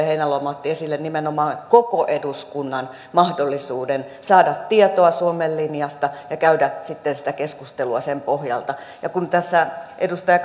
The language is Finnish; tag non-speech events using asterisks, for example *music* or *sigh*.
*unintelligible* heinäluoma otti esille nimenomaan koko eduskunnan mahdollisuuden saada tietoa suomen linjasta ja käydä sitten sitä keskustelua sen pohjalta ja kun tässä edustaja *unintelligible*